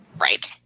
right